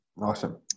Awesome